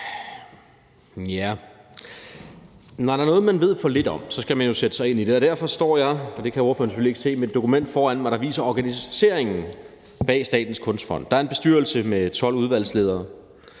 Når der er noget, man ved for lidt om, skal man jo sætte sig ind i det. Derfor står jeg – og det kan ordføreren selvfølgelig ikke se – med et dokument foran mig, der viser organiseringen bag Statens Kunstfond. Der er en bestyrelse med 12 udvalgsledere;